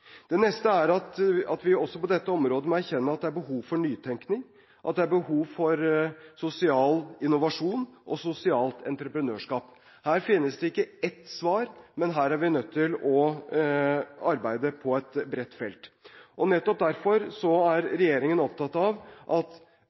Det neste er at vi også på dette området må erkjenne at det er behov for nytenkning, og at det er behov for sosial innovasjon og sosialt entreprenørskap. Her finnes det ikke ett svar, her er vi nødt til å arbeide på et bredt felt. Nettopp derfor er regjeringen opptatt av at